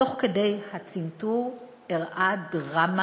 תוך כדי הצנתור אירעה דרמה